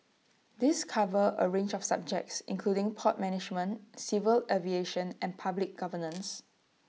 these cover A range of subjects including port management civil aviation and public governance